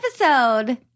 episode